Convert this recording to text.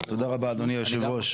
תודה רבה, אדוני היושב ראש.